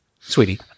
sweetie